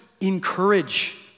encourage